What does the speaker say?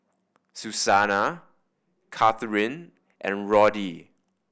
Susana Catharine and Roddy